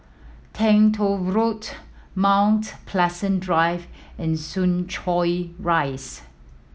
Teng Tong Road Mount Pleasant Drive and Soo Chow Rise